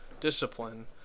discipline